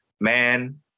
man